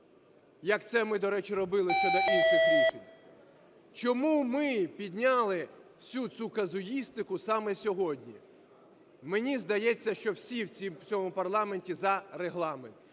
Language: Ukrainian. як це ми, до речі, робили щодо інших рішень. Чому ми підняли всю цю казуїстику саме сьогодні? Мені здається, що всі в цьому парламенті за Регламент.